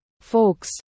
folks